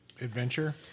Adventure